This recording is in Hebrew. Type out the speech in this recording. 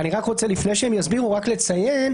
לפני שהם יסבירו אני רוצה לציין,